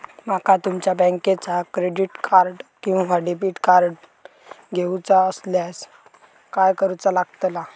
माका तुमच्या बँकेचा क्रेडिट कार्ड किंवा डेबिट कार्ड घेऊचा असल्यास काय करूचा लागताला?